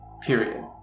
Period